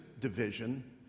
division